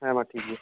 ᱦᱮᱸ ᱢᱟ ᱴᱷᱤᱠ ᱜᱮᱭᱟ